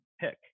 Pick